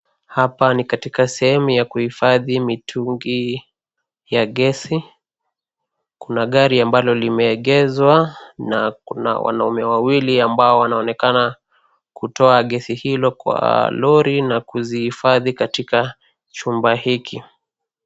Hapa ni katika sehemu ya kuhifadhi mitungi ya ngesi. Kuna gari ambalo limeegezwa na kuna wanaume wawili ambao wanaonekana kutoa gesi hilo kwa lori na kuzihifadhi katika chumba hiki.